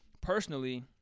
personally